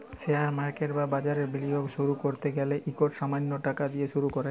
share market বা বাজারে বিলিয়গ শুরু ক্যরতে গ্যালে ইকট সামাল্য টাকা দিঁয়ে শুরু কর